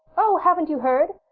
oh, haven't you heard?